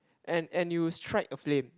and and you'll strike a flame